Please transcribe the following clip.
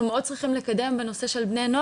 אנחנו צריכים גם לקדם את הנושא של פלורליזם,